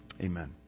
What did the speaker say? Amen